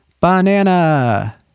Banana